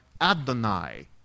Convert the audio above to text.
Adonai